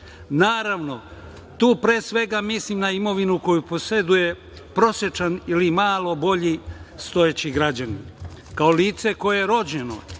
Naravno, tu pre svega mislim na imovinu koju poseduje prosečan ili malo boljestojeći građanin. Kao lice koje je rođeno